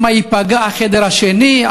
שמא ייפגע החדר השני,